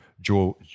Joe